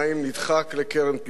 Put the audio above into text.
נדחק לקרן פינה.